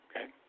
Okay